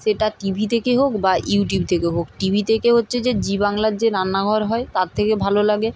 সেটা টিভি থেকে হোক বা ইউটিউব থেকে হোক টিভি থেকে হচ্ছে যে জি বাংলার যে রান্নাঘর হয় তার থেকে ভালো লাগে